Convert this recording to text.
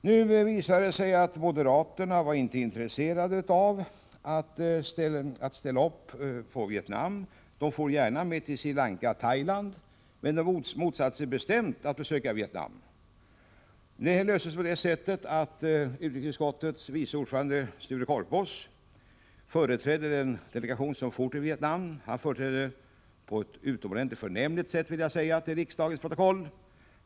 Nu visade det sig att moderaterna inte alls var intresserade av att resa till Vietnam. Däremot for de gärna med till Sri Lanka. Nu löstes detta så att utrikesutskottets vice ordförande, Sture Korpås, företrädde den delegation som for till Vietnam, och det — vill jag säga till riksdagens protokoll — gjorde han på ett förnämligt sätt.